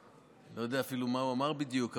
אני לא יודע אפילו מה הוא אמר בדיוק,